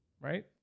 right